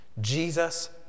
Jesus